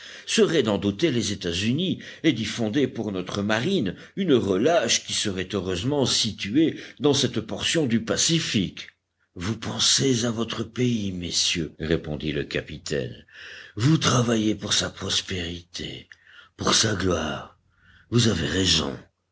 serait d'en doter les états-unis et d'y fonder pour notre marine une relâche qui serait heureusement située dans cette portion du pacifique vous pensez à votre pays messieurs répondit le capitaine vous travaillez pour sa prospérité pour sa gloire vous avez raison